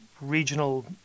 regional